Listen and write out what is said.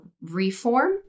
reform